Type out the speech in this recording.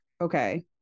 okay